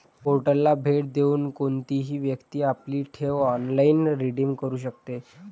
पोर्टलला भेट देऊन कोणतीही व्यक्ती आपली ठेव ऑनलाइन रिडीम करू शकते